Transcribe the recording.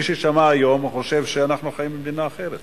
מי ששמע היום חושב שאנחנו חיים במדינה אחרת.